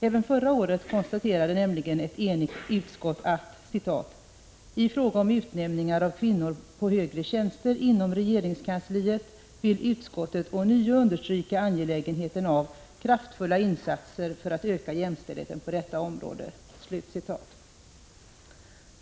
Också förra året konstaterade nämligen ett enigt utskott att ”i fråga om utnämningar av kvinnor på högre tjänster inom regeringskansliet vill utskottet ånyo understryka angelägenheten av kraftfulla insatser för att öka jämställdheten på detta område”.